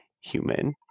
human